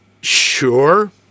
Sure